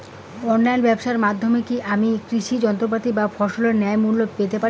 অনলাইনে ব্যাবসার মধ্য দিয়ে কী আমি কৃষি যন্ত্রপাতি বা ফসলের ন্যায্য মূল্য পেতে পারি?